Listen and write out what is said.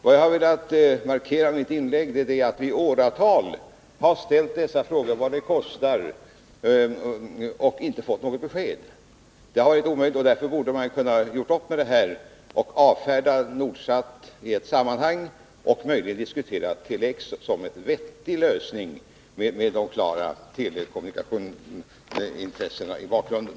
Vad jag velat markera med mitt inlägg är att vi i åratal ställt frågan vad hela projektet i vid mening kommer att kosta och inte fått något besked. Det har varit omöjligt. Därför borde vi kunnat göra upp med detta projekt, avfärda Nordsat i ett sammanhang och diskutera Tele X som en vettig lösning med klara telekommunikationsintressen i bakgrunden.